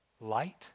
light